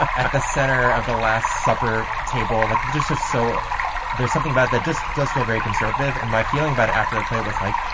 at the center of the last supper table, like it's just us. so there's something about that just does feel very conservative. and my feeling about it after the play, it was like,